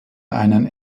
einen